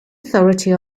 authority